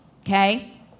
okay